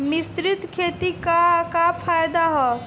मिश्रित खेती क का फायदा ह?